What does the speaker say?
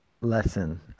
lesson